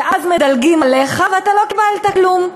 ואז מדלגים עליך, ואתה לא קיבלת כלום.